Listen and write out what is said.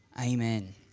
Amen